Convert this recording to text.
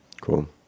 cool